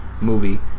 movie